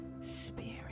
spirit